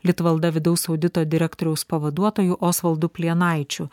litvalda vidaus audito direktoriaus pavaduotoju osvaldu plienaičiu